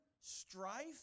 strife